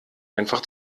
einfach